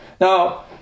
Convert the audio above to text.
Now